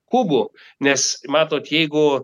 kubu nes matot jeigu